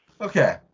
Okay